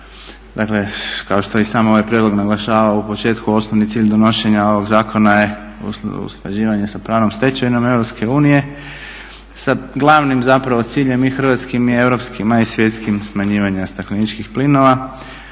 dakle kao što i sam ovaj prijedlog naglašava u početku osnovni cilj donošenja ovog zakona je usklađivanje s pravnom stečevinom EU sa glavnim zapravo ciljem i hrvatskim i europskim a i svjetskim smanjivanje stakleničkih plinova,